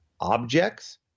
objects